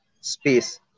space